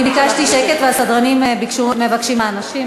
אני ביקשתי שקט, והסדרנים מבקשים מהאנשים.